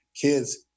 kids